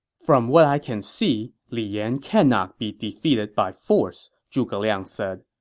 from what i can see, li yan cannot be defeated by force, zhuge liang said.